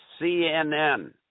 CNN